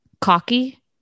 Cocky